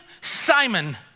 Simon